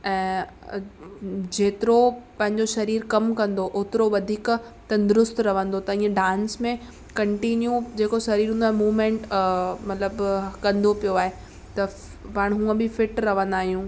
ऐं जेतिरो पंहिंजो शरीर कमु कंदो ओतिरो वधीक तंदुरुस्तु रहंदो त ईअं डांस में कंटीन्यू जेको शरीर हूंदो आहे मूवमेंट मतिलब कंदो पियो आ त पाण हूअं बि फ़िट रहंदा आहियूं